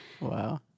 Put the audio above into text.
wow